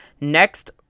next